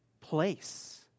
place